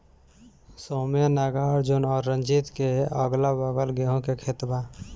सौम्या नागार्जुन और रंजीत के अगलाबगल गेंहू के खेत बा